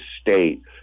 state